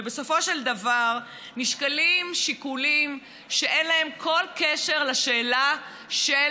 ובסופו של דבר נשקלים שיקולים שאין להם כל קשר לשאלה של